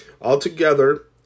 Altogether